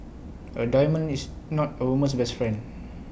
A diamond is not A woman's best friend